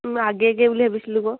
মই আগে আগে বুলি ভাবিছিলোঁ আকৌ